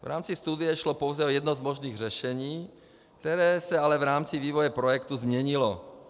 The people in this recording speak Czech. V rámci studie šlo pouze o jedno z možných řešení, které se ale v rámci vývoje projektu změnilo.